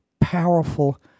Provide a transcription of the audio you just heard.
powerful